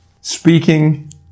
speaking